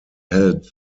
held